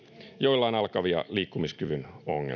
joilla on alkavia liikkumiskyvyn ongelmia